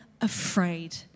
afraid